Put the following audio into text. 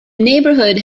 neighborhood